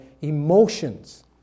emotions